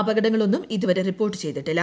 അപകടങ്ങൾ ഒന്നും ഇതുവരെ റിപ്പോർട്ട് ചെയ്തിട്ടില്ല